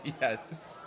Yes